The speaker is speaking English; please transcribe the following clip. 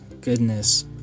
goodness